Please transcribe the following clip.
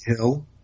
Hill